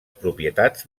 propietats